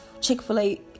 Chick-fil-A